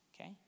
okay